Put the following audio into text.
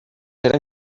eren